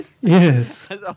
Yes